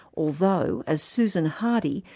although, as susan hardy,